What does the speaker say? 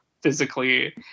physically